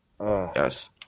Yes